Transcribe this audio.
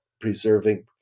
preserving